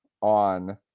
on